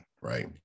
right